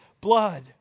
blood